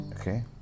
Okay